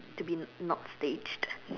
to be not staged